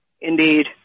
Indeed